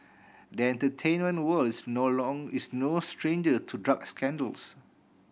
the entertainment world is no long is no stranger to drug scandals